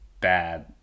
bad